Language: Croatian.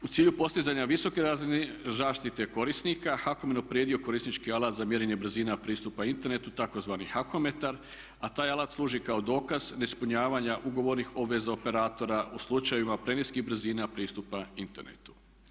U cilju postizanja visoke razine zaštite korisnika, HAKOM je unaprijedio korisnički alat za mjerenje brzina pristupa internetu tzv. hakometar, a taj alat služi kao dokaz neispunjavanja ugovornih obveza operatora u slučajevima preniskih brzina pristupa internetu.